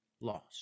lost